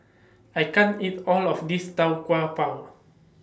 I can't eat All of This Tau Kwa Pau